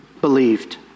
believed